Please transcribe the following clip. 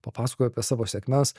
papasakoju apie savo sėkmes